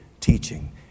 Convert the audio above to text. teaching